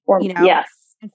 Yes